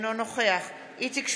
אינו נוכח איציק שמולי,